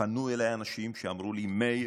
פנו אליי אנשים ואמרו לי: מאיר,